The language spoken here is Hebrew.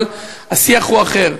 אבל השיח הוא אחר.